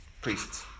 priests